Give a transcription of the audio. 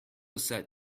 set